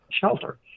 shelter